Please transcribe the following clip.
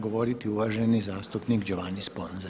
govoriti uvaženi zastupnik Giovanni Sponza.